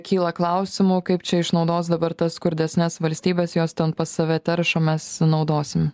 kyla klausimų kaip čia išnaudos dabar tas skurdesnes valstybes jos ten pas save terš o mes naudosim